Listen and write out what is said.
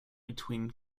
between